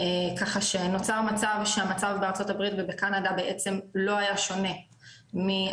ככה שנוצר מצב שהמצב בארצות הברית ובקנדה בעצם לא היה שונה מהמצב